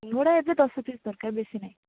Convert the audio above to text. ସିଙ୍ଗଡ଼ା ଏବେ ଦଶ ପିସ୍ ଦରକାର ବେଶୀ ନାହିଁ